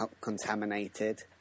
contaminated